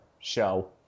show